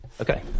Okay